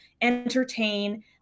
entertain